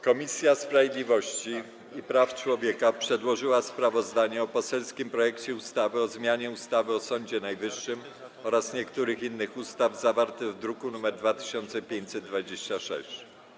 Komisja Sprawiedliwości i Praw Człowieka przedłożyła sprawozdanie o poselskim projekcie ustawy o zmianie ustawy o Sądzie Najwyższym oraz niektórych innych ustaw, zawarte w druku nr 2526.